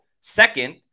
Second